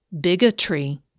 bigotry